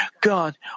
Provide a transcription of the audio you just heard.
God